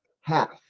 half